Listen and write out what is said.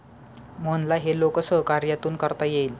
मोहनला हे लोकसहकार्यातून करता येईल